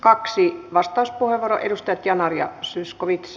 kaksi vastauspuheenvuoroa edustajat yanar ja zyskowicz